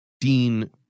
Dean